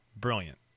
Brilliant